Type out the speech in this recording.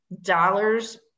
dollars